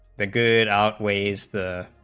the good outweighs the